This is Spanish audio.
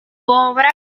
obra